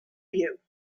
you